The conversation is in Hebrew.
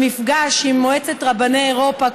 במפגש עם מועצת רבני אירופה,